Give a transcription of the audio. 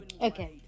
Okay